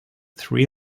three